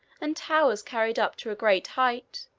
and towers carried up to a great height,